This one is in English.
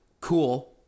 Cool